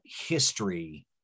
history